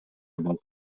абал